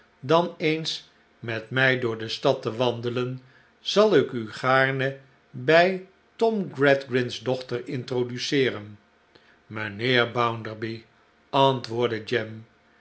dan eens met mij door de stad te wandelen zal ik u gaarne bij tom gradgrind's dochter introduceeren mijnheer bounderby antwoordde jem